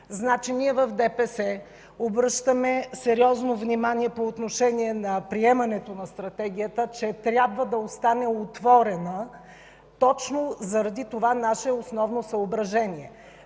България. Ние от ДПС обръщаме сериозно внимание по отношение приемането на Стратегията, че трябва да остане отворена точно заради това наше основно съображение.